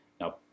now